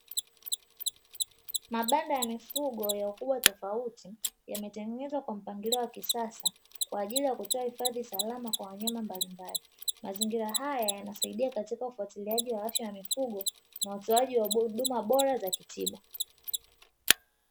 Mabanda ya mifugo ya ukubwa tofauti, yametengenezwa kwa mpangilio wa kisasa kwa ajili ya kutoa hifadhi salama kwa wanyama mbalimbali. Mazingira haya yanasaidia katika ufuatiliaji wa afya ya mifugo na utoaji huduma bora za kitiba.